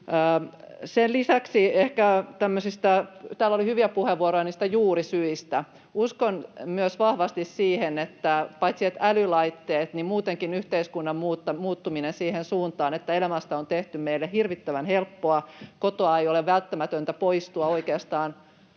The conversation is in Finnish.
suorittaville. Täällä oli hyviä puheenvuoroja niistä juurisyistä. Uskon vahvasti myös siihen: Paitsi älylaitteiden osalta, muutenkin yhteiskunta on muuttunut siihen suuntaan, että elämästä on tehty meille hirvittävän helppoa. Kotoa ei ole välttämätöntä poistua oikeastaan